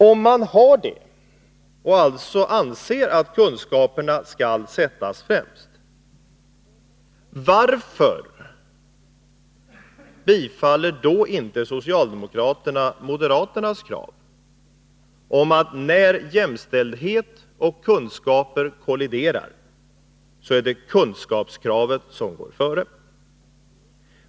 Om man har det — och alltså anser att kunskaperna skall sättas främst — varför biträder inte socialdemokraterna moderaternas krav om att när jämställdhet och kunskaper kolliderar, så är det kunskapskravet som går före?